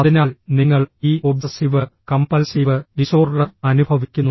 അതിനാൽ നിങ്ങൾ ഈ ഒബ്സസീവ് കംപൽസീവ് ഡിസോർഡർ അനുഭവിക്കുന്നു